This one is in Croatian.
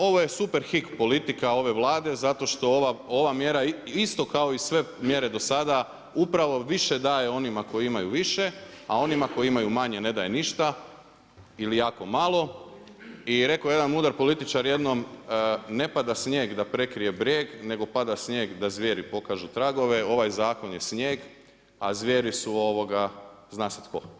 Ovo je Superhik politika ove Vlade zato što ova mjera isto kao i sve mjere dosada, upravo više daje onima koji imaju više, a onima koji imaju manje ne daje ništa, ili jako malo i rekao je jedan mudar političar jednom: „Ne pada snijeg da prekrije brijeg, nego pada snijeg da zvijeri pokažu tragove“, ovaj zakon je snijeg, a zvijeri su zna se tko.